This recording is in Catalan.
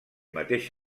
mateix